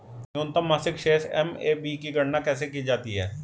न्यूनतम मासिक शेष एम.ए.बी की गणना कैसे की जाती है?